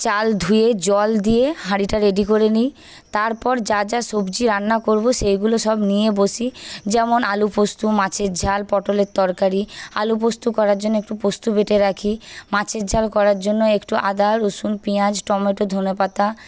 চাল ধুয়ে জল দিয়ে হাঁড়িটা রেডি করে নিই তারপর যা যা সবজি রান্না করব সেইগুলো সব নিয়ে বসি যেমন আলু পোস্ত মাছের ঝাল পটলের তরকারি আলু পোস্ত করার জন্য একটু পোস্ত বেটে রাখি মাছের ঝাল করার জন্য একটু আদা রসুন পেঁয়াজ টমেটো ধনেপাতা